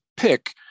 pick